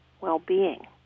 well-being